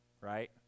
Right